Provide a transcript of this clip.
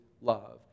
love